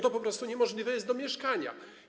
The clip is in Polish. To po prostu niemożliwe jest do mieszkania.